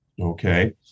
Okay